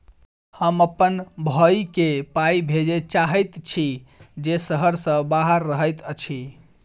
हम अप्पन भयई केँ पाई भेजे चाहइत छि जे सहर सँ बाहर रहइत अछि